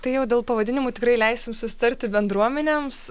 tai jau dėl pavadinimų tikrai leisim susitarti bendruomenėms